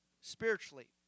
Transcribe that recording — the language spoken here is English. spiritually